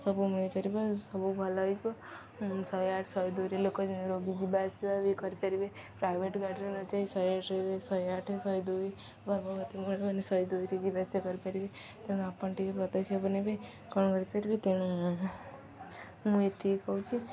ସବୁ ମିଳିପାରିବ ସବୁ ଭଲ ହେଇବ ଶହେ ଆଠେ ଶହେ ଦୁଇରେ ଲୋକ ଯେ ରୋଗୀ ଯିବା ଆସିବା ବି କରିପାରିବେ ପ୍ରାଇଭେଟ ଗାଡ଼ିରେ ନଯାଇ ଶହେ ଆଠ ଶହେ ଆଠେ ଶହେ ଦୁଇ ଗର୍ଭବତୀମାନେ ଶହେ ଦୁଇରେ ଯିବା ଆସିବା କରିପାରିବେ ତେଣୁ ଆପଣ ଟିକେ ପଦକ୍ଷେପ ନେବେ କ'ଣ କରିପାରିବେ ତେଣୁ ମୁଁ ଏତିକି କହୁଛି